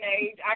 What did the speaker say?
age